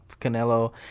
Canelo